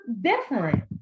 different